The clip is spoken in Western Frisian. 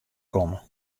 komme